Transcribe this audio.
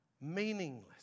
meaningless